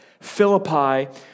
Philippi